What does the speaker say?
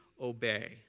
obey